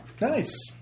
nice